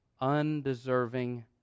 undeserving